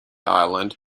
island